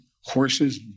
horses